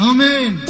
Amen